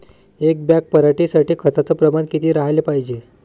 एक बॅग पराटी साठी खताचं प्रमान किती राहाले पायजे?